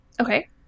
Okay